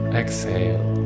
exhale